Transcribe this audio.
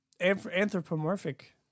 anthropomorphic